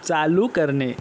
चालू करणे